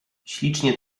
ślicznie